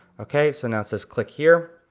okay so now it says click here,